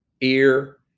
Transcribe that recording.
ear